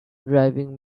driving